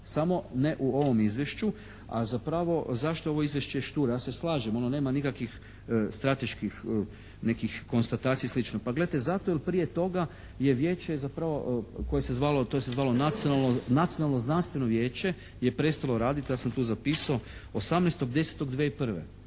samo ne u ovom izvješću, a zapravo zašto ovo Izvješće je šturo. Ja se slažem, ono nema nikakvih strateških nekih konstatacija i slično. Pa gledajte zato jer prije toga je Vijeće je zapravo koje se zvalo, to je se zvalo Nacionalno znanstveno vijeće je prestalo raditi. Ja sam tu zapisao 18.10.2001.